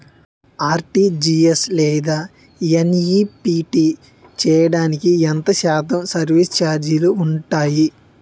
RTGS లేదా NEFT చేయడానికి ఎంత శాతం సర్విస్ ఛార్జీలు ఉంటాయి?